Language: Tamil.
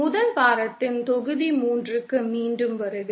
முதல் வாரத்தின் தொகுதி 3 க்கு மீண்டும் வருக